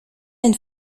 une